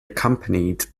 accompanied